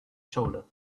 shoulder